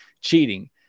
cheating